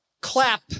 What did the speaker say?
clap